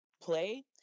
play